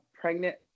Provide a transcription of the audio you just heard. pregnant